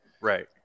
right